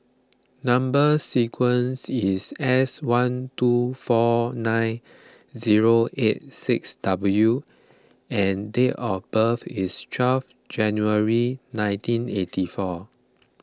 Number Sequence is S one two four nine zero eight six W and date of birth is twelve January nineteen eighty four